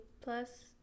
Plus